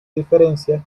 diferencia